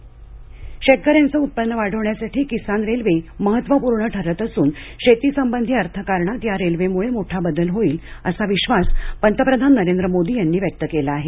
किसान railway शेतकऱ्यांचं उत्पन्न वाढवण्यासाठी किसान रेल्वे महत्त्वपूर्ण ठरत असून शेतीसंबधी अर्थकारणात या रेल्वेमुळे मोठा बदल होईल असा विश्वास पंतप्रधान नरेंद्र मोदी यांनी व्यक्त केला आहे